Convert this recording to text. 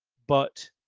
but